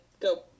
go